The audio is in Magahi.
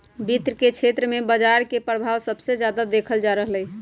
वित्त के क्षेत्र में बजार के परभाव सबसे जादा देखल जा रहलई ह